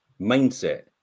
mindset